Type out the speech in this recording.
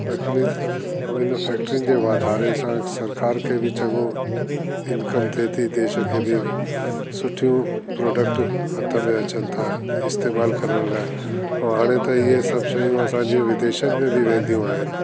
ॾखिणी अऊं इन फैक्ट्रियुनि जे वधारे सां सरकार खे बि चङो इनकम थे ती देश खे बि सुठियूं प्रोडक्ट हथु में अचनि ता इस्तेमालु करण लाइ अऊं हाणे त ईअं सब शयूं असांजी विदेशनि में बि वेंदियूं आइन